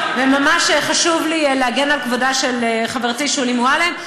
וממש חשוב לי להגן על כבודה של חברתי שולי מועלם.